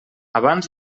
abans